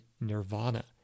Nirvana